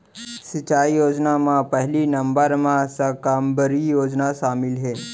सिंचई योजना म पहिली नंबर म साकम्बरी योजना सामिल हे